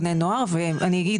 בני נוער ואני אגיד,